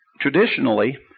Traditionally